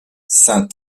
saint